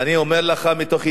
ואני אומר לך מתוך ידיעה,